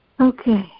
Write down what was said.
Okay